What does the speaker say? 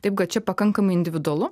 taip kad čia pakankamai individualu